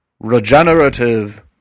regenerative